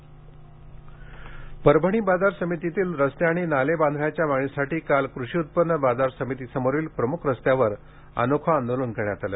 परभणी आंदोलन परभणी बाजार समितीतील रस्ते आणि नाले बांधण्याच्या मागणीसाठी काल कृषी उत्पन्न बाजार समितीसमोरील प्रमुख रस्त्यावर अनोखे आंदोलन करण्यात आले